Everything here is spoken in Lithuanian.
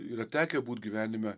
yra tekę būt gyvenime